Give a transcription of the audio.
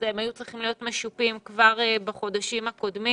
הם היו צריכים להיות כבר בחודשים הקודמים.